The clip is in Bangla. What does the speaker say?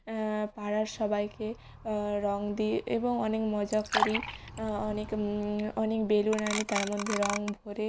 পাড়ার সবাইকে রঙ দিই এবং অনেক মজা করি অনেক অনেক বেলুন আনি তার মধ্যে রঙ ভরে